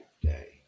day